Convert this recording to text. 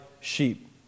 sheep